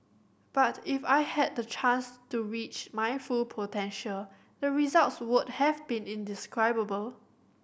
but if I had the chance to reach my full potential the results would have been indescribable